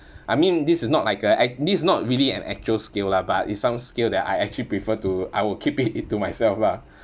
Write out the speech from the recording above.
I mean this is not like a act~ this is not really an actual skill lah but it's some skill that I actually prefer to I will keep it it to myself lah